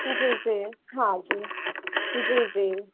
जी जी हा जी जी जी